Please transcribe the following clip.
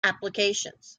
applications